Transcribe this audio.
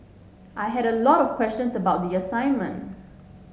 I had a lot of questions about the assignment